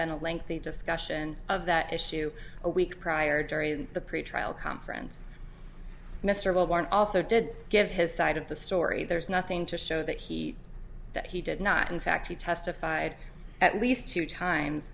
been a lengthy discussion of that issue a week prior jury and the pretrial conference mr baldwin also did give his side of the story there's nothing to show that he that he did not in fact he testified at least two times